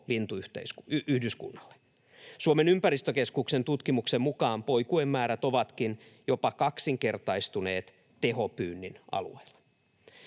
lintuyhdyskunnalle. Suomen ympäristökeskuksen tutkimuksen mukaan poikuemäärät ovatkin jopa kaksinkertaistuneet tehopyynnin alueilla.